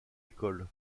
école